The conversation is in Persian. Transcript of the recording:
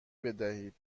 بدهید